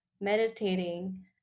meditating